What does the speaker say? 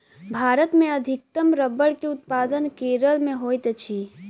भारत मे अधिकतम रबड़ के उत्पादन केरल मे होइत अछि